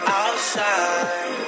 outside